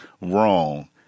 wrong